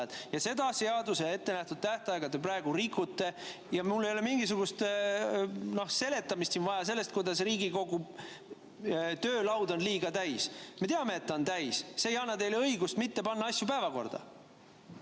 Ja seda seadusega ette nähtud tähtaega te praegu rikute. Mul ei ole mingisugust seletamist siin vaja sellest, kuidas Riigikogu töölaud on liiga täis. Me teame, et ta on täis. See ei anna teile õigust mitte panna asju päevakorda.